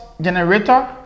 generator